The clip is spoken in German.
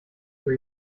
für